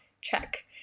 Check